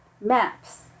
maps